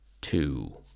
two